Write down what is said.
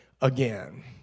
again